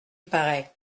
paraît